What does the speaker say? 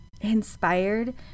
inspired